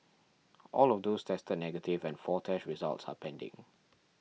all of those tested negative and four test results are pending